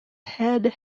head